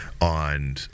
on